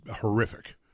horrific